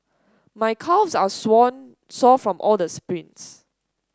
my calves are sore from all the sprints